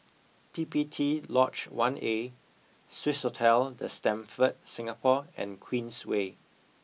P P T Lodge one A Swissotel the Stamford Singapore and Queensway